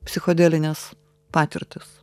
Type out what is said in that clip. psichodelines patirtis